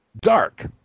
Dark